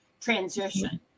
transition